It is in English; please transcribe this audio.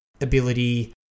ability